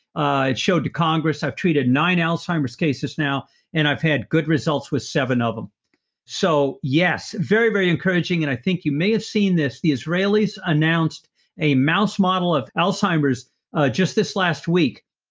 i showed to congress. i've treated nine alzheimer's cases now and i've had good results with seven of them so yes, very, very encouraging and i think you may have seen this. the israelis announced a mouse model of alzheimer's just this last week,